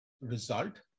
result